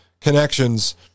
connections